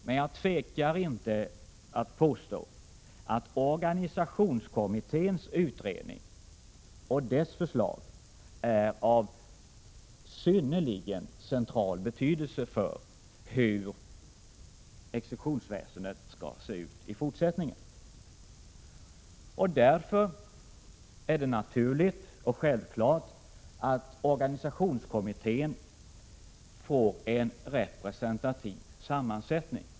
Men jag tvekar inte att påstå att organisationskommitténs utredning och förslag är av central betydelse för hur exekutionsväsendet skall se ut i fortsättningen. Därför är det naturligt att organisationskommittén får en representantiv sammansättning.